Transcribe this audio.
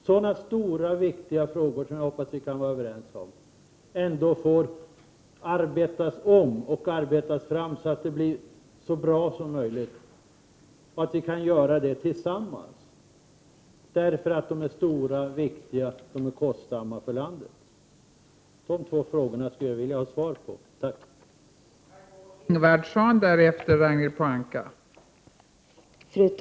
Det gäller stora väsentliga frågor, och jag hoppas att vi kan vara överens om att vi tillsammans bör arbeta fram lösningarna, så att resultatet blir så bra som möjligt. Dessa saker är som sagt stora och viktiga, och de kostar mycket pengar för landet. Jag skulle gärna vilja ha svar på mina två frågor.